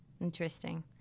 Interesting